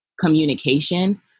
communication